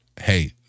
Hey